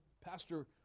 Pastor